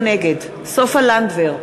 נגד סופה לנדבר,